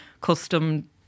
custom